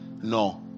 no